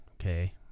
okay